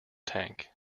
tank